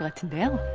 like to them.